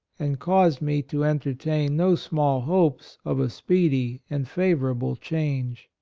and caused me to entertain no small hopes of a speedy and favorable change.